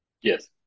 Yes